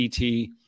ET